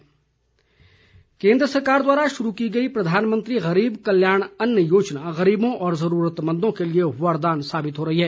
PM कल्याण योजना केन्द्र सरकार द्वारा शुरू की गई प्रधानमंत्री गरीब कल्याण अन्न योजना गरीबों व जरूरतमंदों के लिए वरदान साबित हो रही है